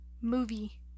movie